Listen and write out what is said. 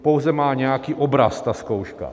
Pouze má nějaký obraz ta zkouška.